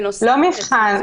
לא מבחן.